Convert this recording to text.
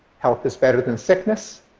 health is better than sickness,